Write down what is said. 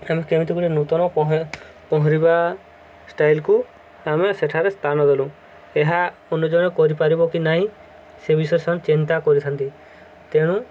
ଆମେ କେମିତି ଗୁଡ଼ିଏ ନୂତନ ପହଁରିବା ଷ୍ଟାଇଲ୍କୁ ଆମେ ସେଠାରେ ସ୍ଥାନ ଦେଲୁ ଏହା ଅନୁଜୟ କରିପାରିବ କି ନାହିଁ ସେ ବିଷୟ ସେମାନେ ଚିନ୍ତା କରିଥାନ୍ତି ତେଣୁ